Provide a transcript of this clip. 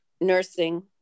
nursing